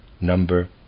number